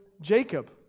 Jacob